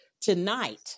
tonight